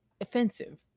offensive